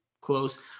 close